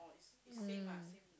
mm